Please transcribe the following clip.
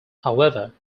however